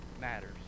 matters